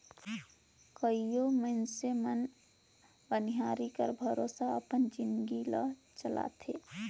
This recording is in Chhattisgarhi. कइयो मइनसे मन बनिहारी कर भरोसा अपन जिनगी ल चलाथें